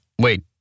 wait